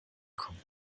kommen